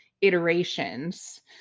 iterations